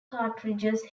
cartridges